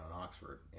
Oxford